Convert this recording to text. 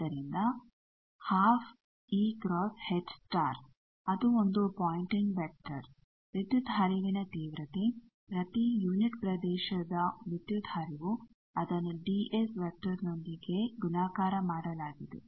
ಆದ್ದರಿಂದ 12 E∿ × ∿H ಅದು ಒಂದು ಪಾಯಿಂಟಿಂಗ್ ವೆಕ್ಟರ್ ವಿದ್ಯುತ್ ಹರಿವಿನ ತೀವ್ರತೆ ಪ್ರತಿ ಯೂನಿಟ್ ಪ್ರದೇಶದ ವಿದ್ಯುತ್ ಹರಿವು ಅದನ್ನು ds ವೆಕ್ಟರ್ನೊಂದಿಗೆ ಗುಣಾಕಾರ ಮಾಡಲಾಗಿದೆ